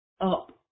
up